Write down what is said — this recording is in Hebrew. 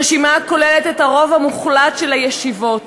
רשימה הכוללת את הרוב המוחלט של הישיבות.